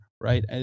right